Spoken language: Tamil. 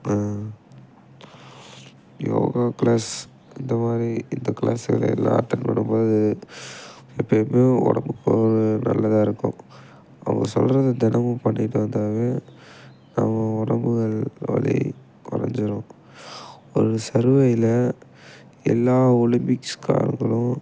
யோகா க்ளாஸ் இந்த மாதிரி இந்த க்ளாஸ்களெல்லாம் அட்டன் பண்ணும் போது எப்பயுமே உடம்புக்கு ஒரு நல்லதாக இருக்கும் அவங்க சொல்கிறத தினமும் பண்ணிகிட்டு வந்தாவே நம்ம உடம்புகள் வலி குறைஞ்சிரும் ஒரு சர்வையில் எல்லா ஒலிம்பிக்ஸ்காரர்களும்